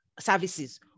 services